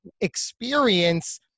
experience